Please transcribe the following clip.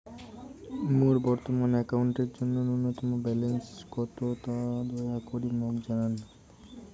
মোর বর্তমান অ্যাকাউন্টের জন্য ন্যূনতম ব্যালেন্স কত তা দয়া করি মোক জানান